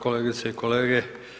Kolegice i kolege.